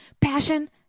Passion